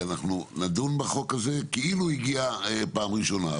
אנחנו נדון בחוק הזה, כאילו הוא הגיע פעם ראשונה.